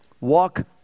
walk